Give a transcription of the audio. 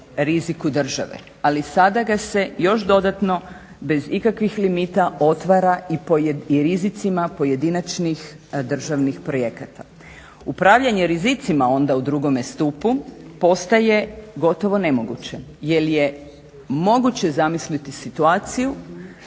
riziku države, ali sada ga se još dodatno, bez ikakvih limita otvara i rizicima pojedinačnih državnih projekata. Upravljanje rizicima onda u drugome stupu postaje gotovo nemoguće, jer je moguće zamisliti situaciju